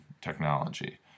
technology